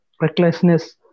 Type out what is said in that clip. recklessness